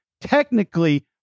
technically